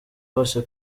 bose